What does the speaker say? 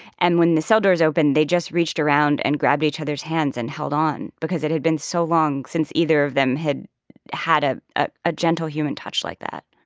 and when the cell doors opened, they just reached around and grabbed each other's hands and held on because it had been so long since either of them had had ah ah a gentle human touch like that